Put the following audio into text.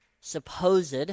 supposed